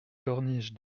corniche